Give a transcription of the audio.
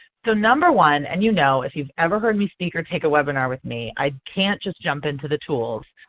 so number one, and you know if you've ever heard me speak or take a webinar with me i can't just jump into the tools.